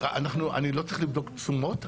אני לא צריך לבדוק תשומות,